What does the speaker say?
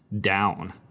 down